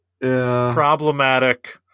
problematic